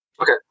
Okay